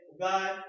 God